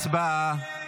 הצבעה.